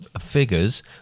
figures